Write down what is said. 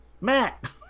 matt